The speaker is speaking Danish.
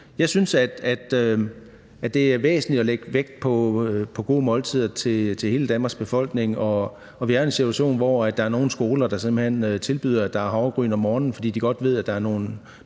Jeg synes, det er væsentligt at lægge vægt på gode måltider til hele Danmarks befolkning. Og vi er i en situation, hvor der er nogle skoler, der simpelt hen tilbyder, at der er havregryn om morgenen, fordi de godt ved, at der er nogle